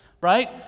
Right